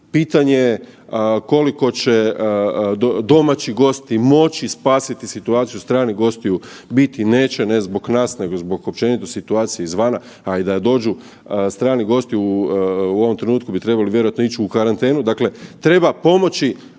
pitanje je koliko će domaći gosti moći spasiti situaciju, stranih gostiju biti neće ne zbog nas, nego zbog općenito situacije izvana, a i da dođu strani gosti u ovom trenutku bi trebali vjerojatno ići u karantenu. Dakle, treba pomoći